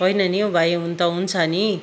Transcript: होइन नि हौ भाइ हुनु त हुन्छ नि